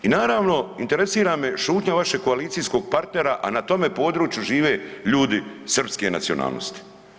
I naravno interesira me šutnja vašeg koalicijskog partnera, a na tome području žive ljudi srpske nacionalnosti.